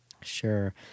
Sure